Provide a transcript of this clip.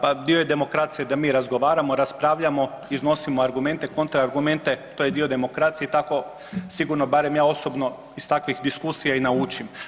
Da, pa bit je demokracije da mi razgovaramo, raspravljamo, iznosimo argumente, kontra argumente to je dio demokracije tako sigurno barem ja osobno iz takvih diskusija i naučim.